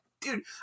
Dude